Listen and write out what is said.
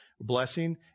blessing